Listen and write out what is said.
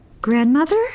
Grandmother